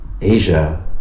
Asia